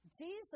Jesus